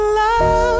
love